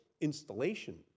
installation